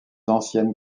anciennes